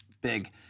big